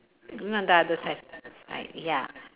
greener on the other side side ya